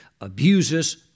abuses